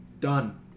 done